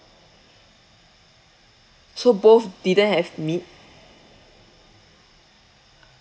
so both didn't have meat